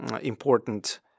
important